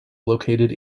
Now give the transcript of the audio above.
located